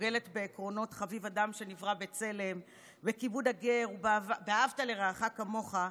שדוגלת בעקרונות "חביב אדם שנברא בצלם" וכיבוד הגר ו"ואהבת לרעך כמוך",